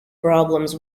problems